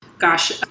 gosh!